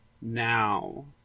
now